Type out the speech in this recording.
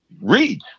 read